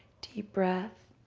deep breath.